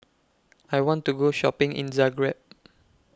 I want to Go Shopping in Zagreb